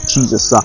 Jesus